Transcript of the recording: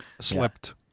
slipped